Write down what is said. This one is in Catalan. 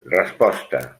resposta